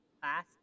class